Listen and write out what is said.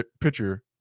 picture